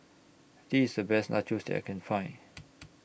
This IS A Best Nachos that I Can Find